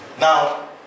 Now